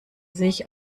sich